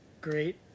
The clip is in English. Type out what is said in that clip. great